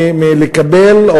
מלקבל,